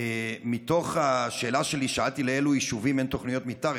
בתוך השאלה שלי שאלתי לאילו יישובים אין תוכניות מתאר.